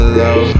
low